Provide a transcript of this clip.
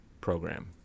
Program